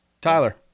tyler